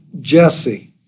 Jesse